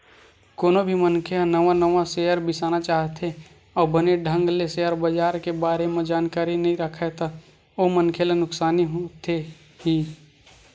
कोनो भी मनखे ह नवा नवा सेयर बिसाना चाहथे अउ बने ढंग ले सेयर बजार के बारे म जानकारी नइ राखय ता ओ मनखे ला नुकसानी होथे ही